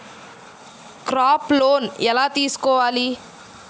Crop loan ఎలా తీసుకోవాలి?